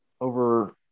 over